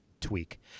tweak